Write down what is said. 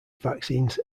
vaccines